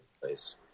place